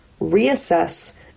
reassess